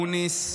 אקוניס,